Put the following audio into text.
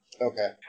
Okay